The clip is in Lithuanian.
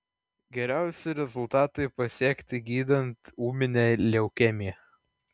geriausi rezultatai pasiekti gydant ūminę leukemiją